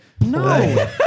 No